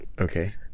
Okay